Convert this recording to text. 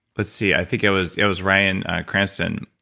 let's see, i think it was it was brian cranston.